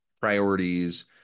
priorities